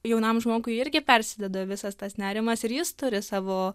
jaunam žmogui irgi persideda visas tas nerimas ir jis turi savo